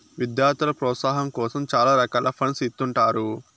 విద్యార్థుల ప్రోత్సాహాం కోసం చాలా రకాల ఫండ్స్ ఇత్తుంటారు